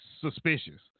suspicious